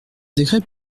décret